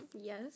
Yes